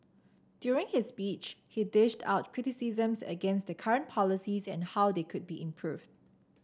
during his speech he dished out criticisms against the current policies and how they could be improved